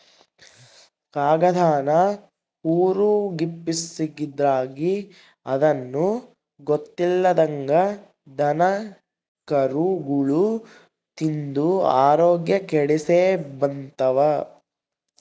ಕಾಗದಾನ ಹೊರುಗ್ಬಿಸಾಕಿದ್ರ ಅದುನ್ನ ಗೊತ್ತಿಲ್ದಂಗ ದನಕರುಗುಳು ತಿಂದು ಆರೋಗ್ಯ ಕೆಡಿಸೆಂಬ್ತವ